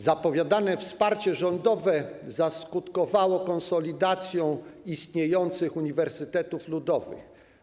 Zapowiadane wsparcie rządowe zaskutkowało konsolidacją istniejących uniwersytetów ludowych.